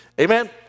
Amen